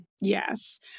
Yes